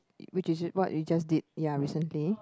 which is w~ what you just did ya recently